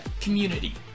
community